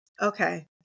Okay